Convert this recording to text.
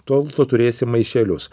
tol tu turėsi maišelius